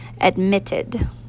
Admitted